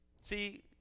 See